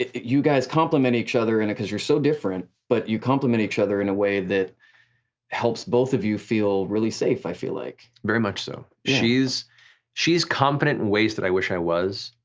you guys complement each other cause you're so different, but you complement each other in a way that helps both of you feel really safe, i feel like. very much so. she's she's confident in ways that i wish i was,